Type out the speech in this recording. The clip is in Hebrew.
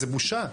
זו בושה.